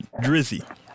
Drizzy